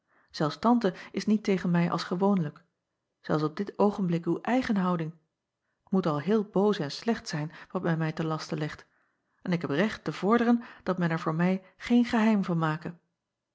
elfs ante is niet tegen mij als gewoonlijk zelfs op dit oogenblik uw eigen houding t oet al heel boos en slecht zijn wat men mij ten laste legt en ik heb recht te vorderen dat men er voor mij geen geheim van make